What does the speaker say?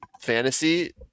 fantasy